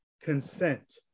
consent